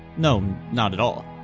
no, not at all.